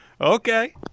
Okay